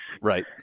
Right